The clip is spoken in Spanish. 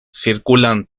circulan